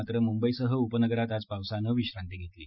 मात्र मुंबईसह उपनगरात आज पावसानं विश्रांती घेतली आहे